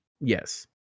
Yes